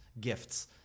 gifts